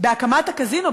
בהקמת הקזינו,